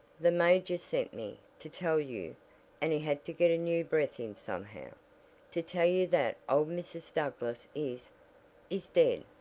the major sent me to tell you and he had to get a new breath in somehow to tell you that old mrs. douglass is is dead!